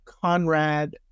Conrad